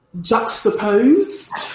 Juxtaposed